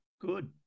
Good